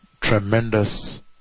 tremendous